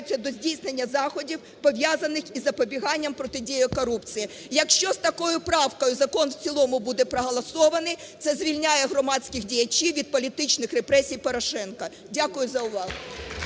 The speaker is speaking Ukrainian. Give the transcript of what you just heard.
Дякую за увагу.